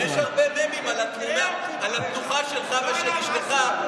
יש הרבה ממים על התנוחה שלך ושל אשתך.